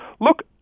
look